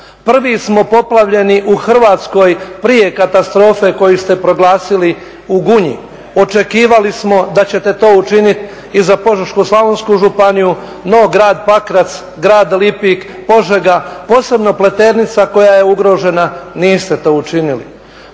prvi smo poplavljeni u Hrvatskoj prije katastrofe koju ste proglasili u Gunji, očekivali smo da ćete to učiniti i za Požešku-slavonsku županiju, no grad Pakrac, grad Lipik, Požega, posebno Pleternica koja je ugrožena, niste to učinili.